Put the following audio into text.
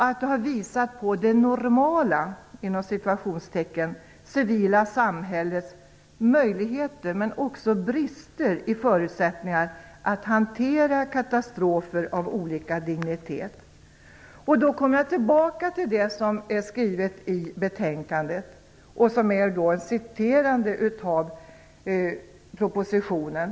Det har visat på det "normala" civila samhällets möjligheter men och brister i förutsättningar att hantera katastrofer av olika dignitet. Jag kommer då tillbaka till det som är skrivet i betänkandet och som citerar propositionen.